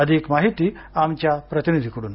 अधिक माहिती आमच्या प्रतिनिधीकडून